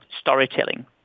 storytelling